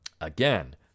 Again